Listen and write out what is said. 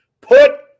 put